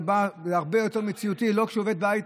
זה הרבה יותר מציאותי כשהוא לא עובד בהייטק.